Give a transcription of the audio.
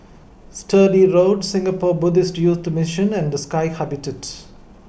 Sturdee Road Singapore Buddhist Youth Mission and Sky Habitat